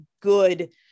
good